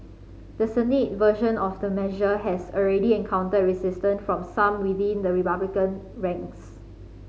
the Senate version of the measure has already encountered resistance from some within the Republican ranks